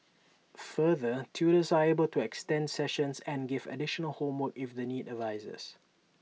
further tutors are able to extend sessions and give additional homework if the need arises